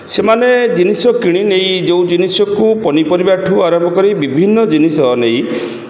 ସେମାନେ ଜିନିଷ କିଣିନେଇ ଯେଉଁ ଜିନିଷକୁ ପନିପରିବାଠୁ ଆରମ୍ଭ କରି ବିଭିନ୍ନ ଜିନିଷ ନେଇ